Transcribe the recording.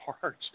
parts